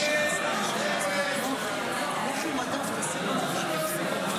הסתייגות 2 לא נתקבלה.